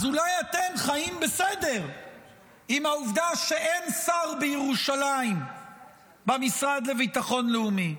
אז אולי אתם חיים בסדר עם העובדה שאין שר בירושלים במשרד לביטחון לאומי.